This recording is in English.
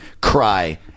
Cry